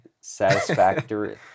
satisfactory